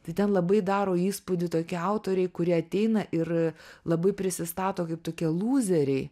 tai ten labai daro įspūdį tokie autoriai kurie ateina ir labai prisistato kaip tokie lūzeriai